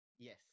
Yes